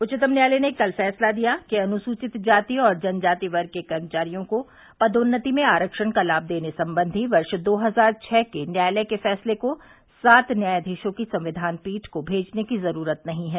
उच्चतम न्यायालय ने कल फैसला दिया कि अनुसूचित जाति और जनजाति वर्ग के कर्मचारियों को पदोन्नति में आरक्षण का लाभ देने संबंधी वर्ष दो हजार छः के न्यायालय के फैसले को सात न्यायाधीशों की संविधान पीठ को भेजने की जरूरत नहीं है